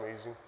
easy